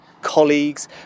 colleagues